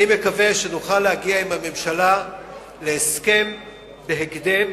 אני מקווה שנוכל להגיע עם הממשלה להסכם בהקדם,